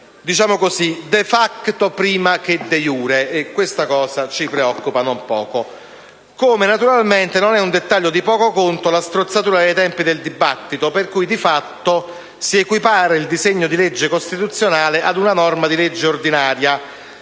diciamo così, *de facto* prima che *de iure,* e questa cosa ci preoccupa non poco. Come non è un dettaglio di poco conto la strozzatura dei tempi del dibattito, per cui di fatto si equipara il disegno di legge costituzionale ad una norma di legge ordinaria,